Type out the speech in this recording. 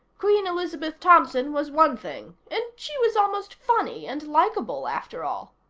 queen elizabeth thompson was one thing and she was almost funny, and likeable, after all.